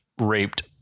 raped